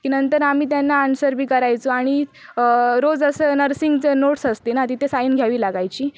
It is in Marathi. की नंतर आम्ही त्यांना आन्सर पण करायचो आणि रोज असं नर्सिंगचं नोट्स असते ना तिथे साइन घ्यावी लागायची